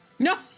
No